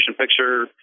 picture